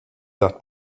that